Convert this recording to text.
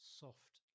soft